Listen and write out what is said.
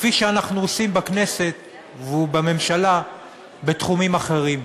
כפי שאנחנו עושים בכנסת ובממשלה בתחומים אחרים.